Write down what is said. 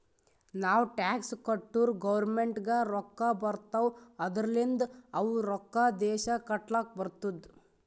ನಾವ್ ಟ್ಯಾಕ್ಸ್ ಕಟ್ಟುರ್ ಗೌರ್ಮೆಂಟ್ಗ್ ರೊಕ್ಕಾ ಬರ್ತಾವ್ ಅದೂರ್ಲಿಂದ್ ಅವು ರೊಕ್ಕಾ ದೇಶ ಕಟ್ಲಕ್ ಬರ್ತುದ್